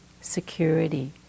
security